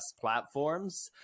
platforms